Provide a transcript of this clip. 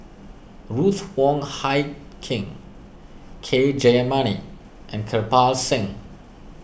Ruth Wong Hie King K Jayamani and Kirpal Singh